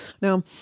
Now